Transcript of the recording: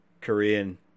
Korean